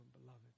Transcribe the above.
beloved